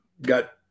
got